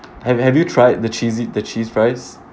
have have you tried the cheesy the cheese fries